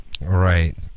Right